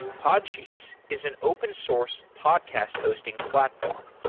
podsheets is an open source podcast hosting platform.